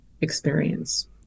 experience